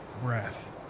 breath